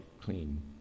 clean